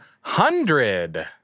hundred